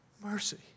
mercy